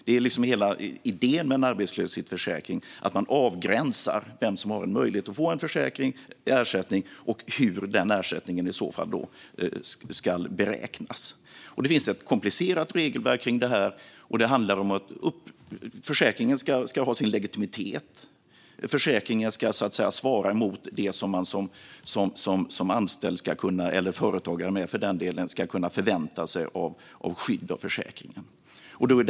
Det är liksom hela idén med en arbetslöshetsförsäkring att man avgränsar vem som har möjlighet att få ersättning och hur den i så fall ska beräknas. Det finns ett komplicerat regelverk kring detta, och det handlar om att försäkringen ska ha sin legitimitet och svara mot det som man som anställd, eller företagare för den delen, ska kunna förvänta sig av försäkringen i form av skydd.